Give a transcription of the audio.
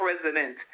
president